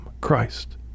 Christ